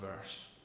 verse